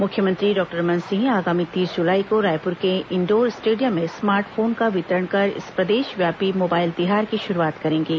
मुख्यमंत्री डॉक्टर रमन सिंह आगामी तीस जुलाई को रायपुर के इंडोर स्टेडियम में स्मार्ट फोन का वितरण कर इस प्रदेशव्यापी मोबाइल तिहार की शुरूआत करेंगे